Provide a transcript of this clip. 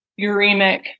uremic